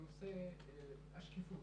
נושא השקיפות,